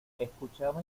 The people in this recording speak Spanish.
escuchaba